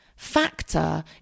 factor